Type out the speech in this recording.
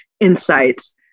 insights